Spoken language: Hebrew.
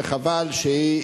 וחבל שהיא